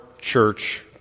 church